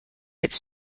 its